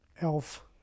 elf